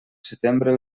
setembre